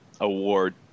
award